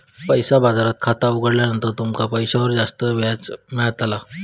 पैसा बाजारात खाता उघडल्यार तुमका पैशांवर व्याज जास्ती मेळताला